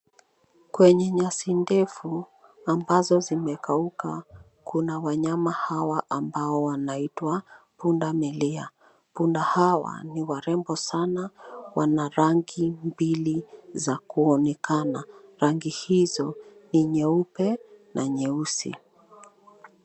Kwenye nyasi ndefu ambazo zimekauka kuna wanyama hawa ambao wanaitwa pundamilia. Punda hawa ni warembo sana wana rangi mbili za kuonekana .Rangi hizo ni nyeupe na nyeusi.